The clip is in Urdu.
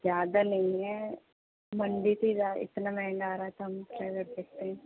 زیادہ نہیں ہے منڈی سے جا اتنا مہنگا آرہا ہے تو ہم کیا کر سکتے ہیں